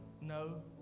no